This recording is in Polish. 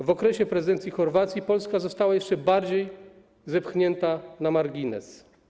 W okresie prezydencji Chorwacji Polska została jeszcze bardziej zepchnięta na margines.